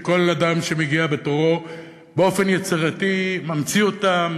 שכל אדם שמגיע בתורו באופן יצירתי ממציא אותם,